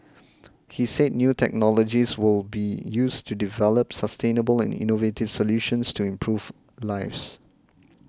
he said new technologies will be used to develop sustainable and innovative solutions to improve lives